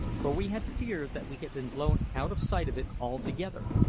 for we had feared that we had been blown out of sight of it altogether.